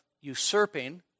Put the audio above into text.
usurping